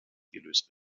gelöst